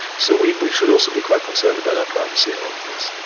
so we we should also be quite concerned about our privacy in all of this.